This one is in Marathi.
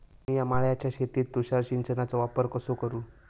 मिया माळ्याच्या शेतीत तुषार सिंचनचो वापर कसो करू?